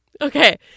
Okay